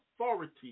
authority